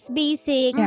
basic